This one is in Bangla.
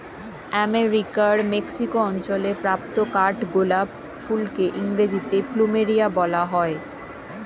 আমেরিকার মেক্সিকো অঞ্চলে প্রাপ্ত কাঠগোলাপ ফুলকে ইংরেজিতে প্লুমেরিয়া বলা হয়